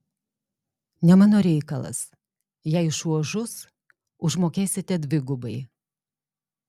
ne mano reikalas jei šuo žus užmokėsite dvigubai